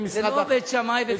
זה לא בית שמאי ובית הלל.